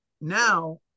Now